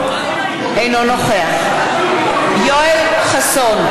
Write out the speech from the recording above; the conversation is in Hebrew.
אינו נוכח יואל חסון,